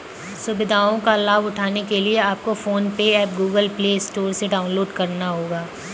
सुविधाओं का लाभ उठाने के लिए आपको PhonePe app Google Play Store से डाउनलोड करना होगा